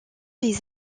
les